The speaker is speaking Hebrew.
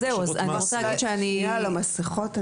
שנייה על המסכות,